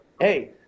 hey